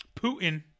Putin